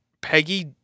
Peggy